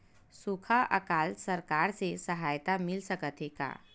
सुखा अकाल सरकार से सहायता मिल सकथे का?